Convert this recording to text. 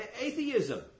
Atheism